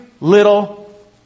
little